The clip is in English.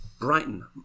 Brighton